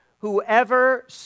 Whoever